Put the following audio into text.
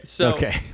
Okay